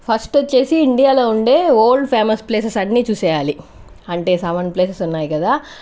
first వచ్చేసి ఇండియాలో ఉండే వరల్డ్ ఫేమస్ ప్లేసెస్ అన్నీ చూసేయాలి అంటే సెవెన్ ప్లేసెస్ ఉన్నాయి కదా